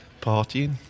partying